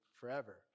forever